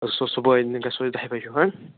أسۍ وَسو صُبحٲے گَژھو أسۍ دَہہِ بجہِ ہیٛوٗ